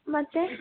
ಮತ್ತೆ